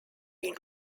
been